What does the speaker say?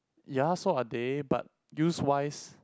ya so are they but use wise